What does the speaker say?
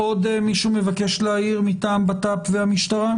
עוד מישהו מבקש להעיר מטעם המשרד לבטחון פנים והמשטרה?